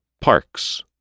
Parks